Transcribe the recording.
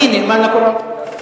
אני נאמן לקוראן.